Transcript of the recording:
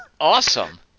Awesome